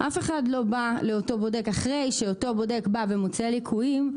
אף אחד לא בא לאותו בודק אחרי שאותו בודק בא ומוצא ליקויים,